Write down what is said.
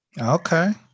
Okay